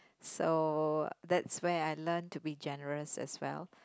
so that's where I learn to be generous as well